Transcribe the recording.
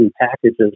packages